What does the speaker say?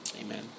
Amen